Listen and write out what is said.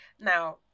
Now